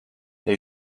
they